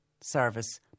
service